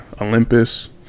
Olympus